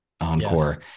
encore